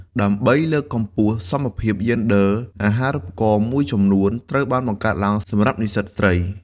ដើម្បីលើកកម្ពស់សមភាពយេនឌ័រ អាហារូបករណ៍មួយចំនួនត្រូវបានបង្កើតឡើងសម្រាប់និស្សិតស្រី។